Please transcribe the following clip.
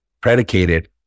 predicated